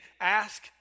Ask